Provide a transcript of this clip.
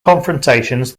confrontations